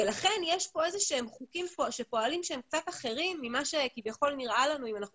לכן פועלים פה חוקים קצת אחרים ממה שנראה לנו אם אנחנו